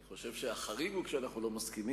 אני חושב שהחריג הוא שאנחנו לא מסכימים,